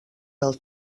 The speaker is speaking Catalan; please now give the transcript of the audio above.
del